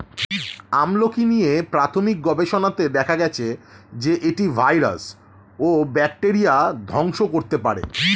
আমলকী নিয়ে প্রাথমিক গবেষণাতে দেখা গেছে যে, এটি ভাইরাস ও ব্যাকটেরিয়া ধ্বংস করতে পারে